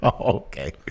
Okay